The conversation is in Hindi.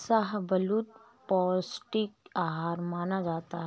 शाहबलूत पौस्टिक आहार माना जाता है